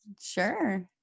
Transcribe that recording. sure